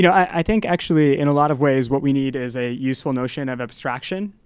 yeah i think actually in a lot of ways what we need is a useful notion of abstraction.